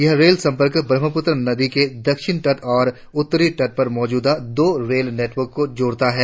यह रेल संपर्क ब्रह्मपुत्र नदी के दक्षिणी तट और उत्तरी तट पर मौजूदा दो रेल नेटवर्क को जोड़ता है